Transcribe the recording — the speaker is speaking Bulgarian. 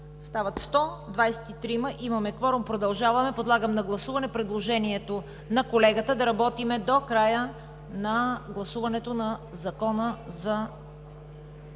и трима. Има кворум. Продължаваме. Подлагам на гласуване предложението на колегата да работим до края на гласуването на Закона за